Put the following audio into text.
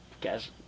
guess